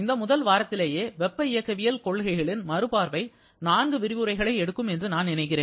இந்த முதல் வாரத்திலேயே வெப்ப இயக்கவியல் கொள்கைகளின் மறுபார்வை 4 விரிவுரைகளை எடுக்கும் என்று நான் நினைக்கிறேன்